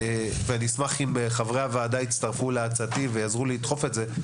ואשמח אם חברי הוועדה יצטרפו להצעתי ויעזרו לי לדחוף את זה,